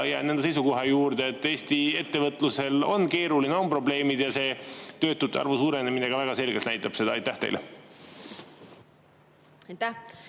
jään enda seisukoha juurde, et Eesti ettevõtlusel on keeruline, on probleemid, ja töötute arvu suurenemine ka väga selgelt näitab seda. Aitäh,